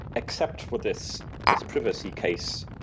except for this this previously case,